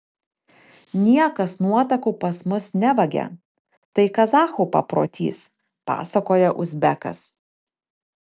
niekas nuotakų pas mus nevagia tai kazachų paprotys pasakoja uzbekas